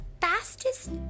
fastest